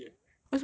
cringey eh